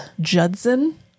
Judson